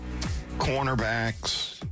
cornerbacks